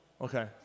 Okay